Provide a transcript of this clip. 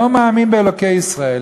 לא מאמין באלוקי ישראל,